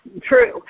True